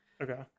Okay